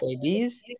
ABs